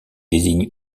désigne